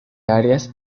arias